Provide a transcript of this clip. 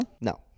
no